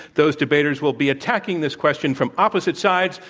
those debaters will be attacking this question from opposite sides.